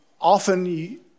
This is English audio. often